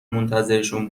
منتظرشون